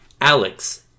Alex